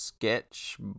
Sketch